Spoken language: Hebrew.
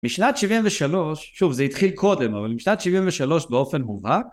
משנת 73, שוב, זה התחיל קודם, אבל משנת 73 באופן מובהק